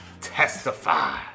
testify